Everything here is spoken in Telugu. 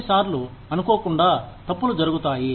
కొన్నిసార్లు అనుకోకుండా తప్పులు జరుగుతాయి